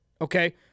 okay